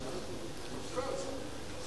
נתקבלה.